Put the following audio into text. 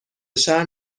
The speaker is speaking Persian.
شهر